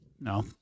No